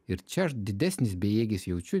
ir čia aš didesnis bejėgis jaučiu